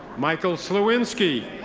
michael slewinski.